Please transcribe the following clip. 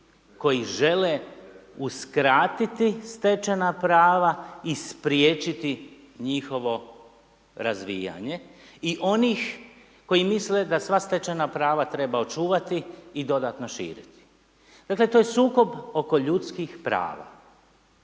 koji žele uskratiti stečena prava i spriječiti njihovo razvijanje i onih koji misle da sva stečena prava treba očuvati i dodatno širiti. Dakle to je sukob oko ljudskih prava,